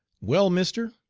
well, mister,